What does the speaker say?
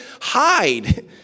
hide